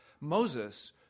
Moses